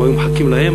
הם היו מחכים להם,